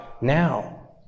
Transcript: now